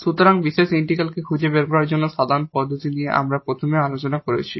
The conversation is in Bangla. সুতরাং এই পার্টিকুলার ইন্টিগ্রালকে খুঁজে বের করার জন্য সাধারণ পদ্ধতি নিয়ে আমরা প্রথমে আলোচনা করছি